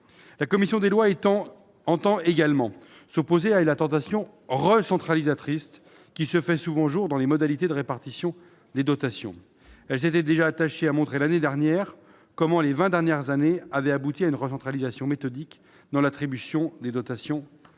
La commission des lois entend également s'opposer à la tentation recentralisatrice qui se fait souvent jour dans les modalités de répartition des dotations. L'an dernier déjà, elle s'est attachée à le démontrer : les vingt dernières années ont abouti à une recentralisation méthodique dans l'attribution des dotations